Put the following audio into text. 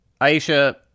Aisha